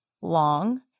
long